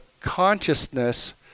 consciousness